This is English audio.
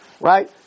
Right